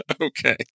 okay